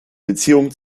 beziehungen